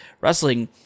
wrestling